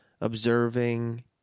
observing